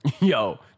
Yo